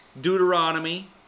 Deuteronomy